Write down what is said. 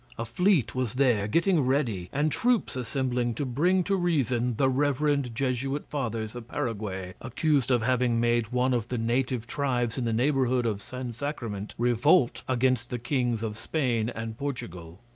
a fleet was there getting ready, and troops assembling to bring to reason the reverend jesuit fathers of paraguay, accused of having made one of the native tribes in the neighborhood of san sacrament revolt against the kings of spain and portugal.